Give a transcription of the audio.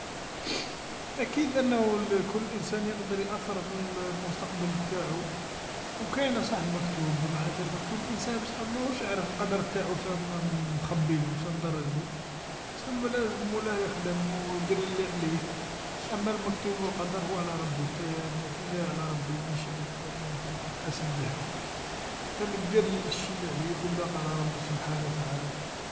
ا أكيد أنه كل إنسان يقدر يأثر في ل-المستقبل تاعو، و كاينا صح المكتوب، معناتها المكتوب إنسان بصح ماهوش عارف القدر نتاعو واش راه مخبيلو واش راه مدرجلو، سما لازم مولاه يخدم و يدير لعليه، أما المكتوب و القدر هو على ربي، نتايا النتيجه على ربي ماهيش عليك أنت أنك تتحاسب بيها، أنت دير شي لعليك و الباقي على ربي سبحانه و تعالى.